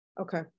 Okay